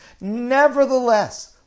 Nevertheless